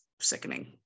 sickening